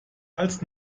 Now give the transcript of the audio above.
als